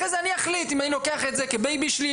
אחרי זה אני אחליט אם אני לוקח את זה כבייבי שלי,